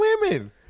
women